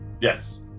Yes